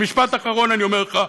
משפט אחרון אני אומר לך.